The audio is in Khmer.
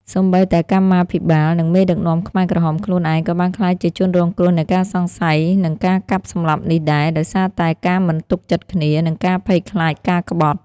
សូម្បីតែកម្មាភិបាល និងមេដឹកនាំខ្មែរក្រហមខ្លួនឯង ក៏បានក្លាយជាជនរងគ្រោះនៃការសង្ស័យ និងការកាប់សម្លាប់នេះដែរ ដោយសារតែការមិនទុកចិត្តគ្នា និងការភ័យខ្លាចការក្បត់។